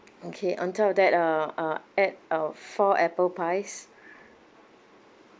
okay on top of that uh uh add uh four apple pies